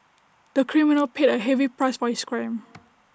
the criminal paid A heavy price for his crime